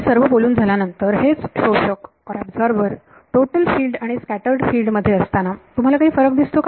हे सर्व बोलून झाल्यानंतर हेच शोषक टोटल फील्ड आणि स्कॅटर्ड फिल्ड मध्ये असताना तुम्हाला काही फरक दिसतो का